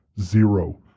Zero